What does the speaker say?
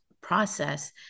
process